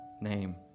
name